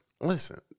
Listen